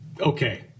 okay